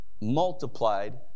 multiplied